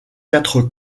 quatre